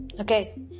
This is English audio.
okay